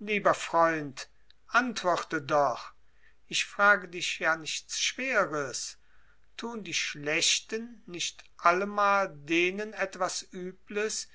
lieber freund antworte doch ich frage dich ja nichts schweres tun die schlechten nicht allemal denen etwas übles